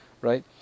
right